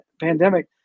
pandemic